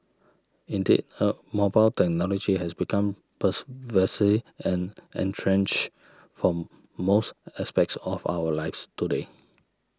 indeed a mobile technology has become persuasive and entrenched for most aspects of our lives today